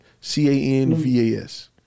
C-A-N-V-A-S